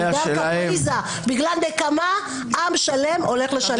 בגלל קפריזה, בגלל נקמה, עם שלם הולך לשלם.